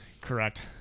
correct